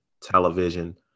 television